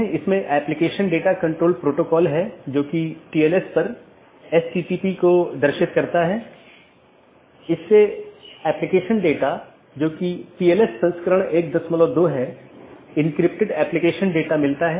autonomous system के अंदर OSPF और RIP नामक प्रोटोकॉल होते हैं क्योंकि प्रत्येक ऑटॉनमस सिस्टम को एक एडमिनिस्ट्रेटर कंट्रोल करता है इसलिए यह प्रोटोकॉल चुनने के लिए स्वतंत्र होता है कि कौन सा प्रोटोकॉल उपयोग करना है